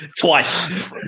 twice